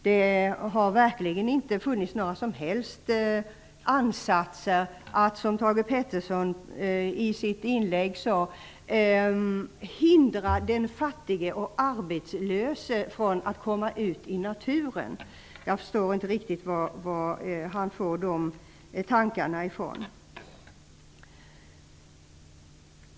Det har verkligen inte funnits några som helst ansatser att hindra den fattige och arbetslöse att komma ut i naturen som Thage G Peterson sade i sitt inlägg. Jag förstår inte riktigt varifrån han får de tankarna.